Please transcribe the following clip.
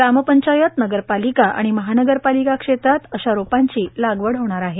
ामपंचायतए नगरपालिका आ ण महानगरपालिका े ात अशा रोपांची लागवड होणार आहे